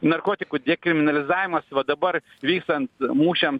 narkotikų dekriminalizavimas va dabar vykstant mūšiams